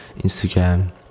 Instagram